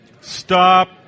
Stop